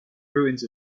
ruins